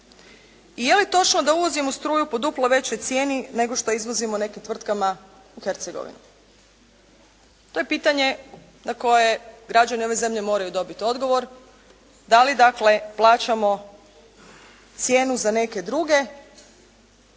I je li točno da uvozimo struju po duplo većoj cijeni nego što izvozimo nekim tvrtkama u Hercegovini? To je pitanje na koje građani ove zemlje moraju dobiti odgovor. Da li dakle plaćamo cijenu za neke druge